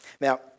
Now